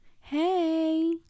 Hey